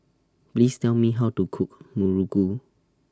Please Tell Me How to Cook Muruku